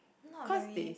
not very